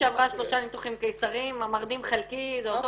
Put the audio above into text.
שעברה שלושה ניתוחים קיסריים המרדים חלקי זה אותו